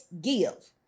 give